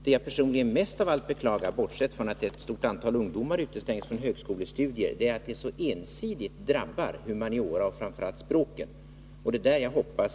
Vad jag personligen mest av allt beklagar, bortsett från det faktum att ett stort antal ungdomar utestängs från högskolestudier, är att humaniora och framför allt språkutbildningen så ensidigt drabbas.